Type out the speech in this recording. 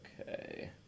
okay